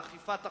על אכיפת החוק?